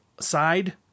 side